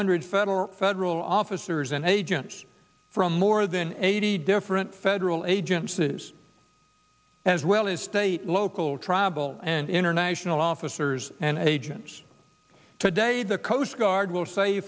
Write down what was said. hundred federal or federal officers and agents from more than eighty different federal agencies as well as state local tribal and international officers and agents today the coast guard will say